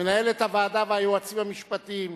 מנהלת הוועדה והיועצים המשפטיים,